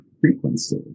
frequency